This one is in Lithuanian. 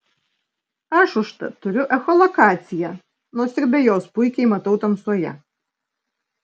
aš užtat turiu echolokaciją nors ir be jos puikiai matau tamsoje